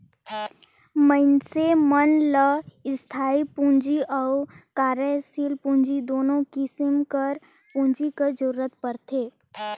मइनसे मन ल इस्थाई पूंजी अउ कारयसील पूंजी दुनो किसिम कर पूंजी कर जरूरत परथे